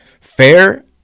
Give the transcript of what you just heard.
fair